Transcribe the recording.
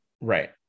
right